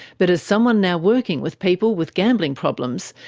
but as someone now working with people with gambling problems,